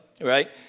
Right